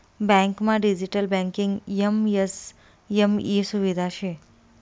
बँकमा digital banking MSME सुविधा शे